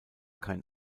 kein